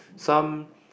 some